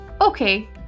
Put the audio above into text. Okay